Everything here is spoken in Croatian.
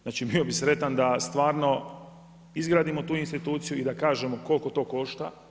Znači bio bih sretan da stvarno izgradimo tu instituciju i da kažemo koliko to košta.